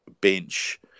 bench